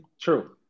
True